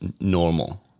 normal